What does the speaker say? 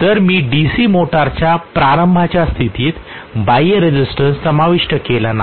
जर मी DC मोटरच्या प्रारंभाच्या स्थितीत बाह्य रेसिस्टन्स समावेश केला नाही